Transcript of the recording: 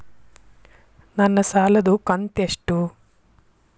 ನನ್ನ ಸಾಲದು ಕಂತ್ಯಷ್ಟು?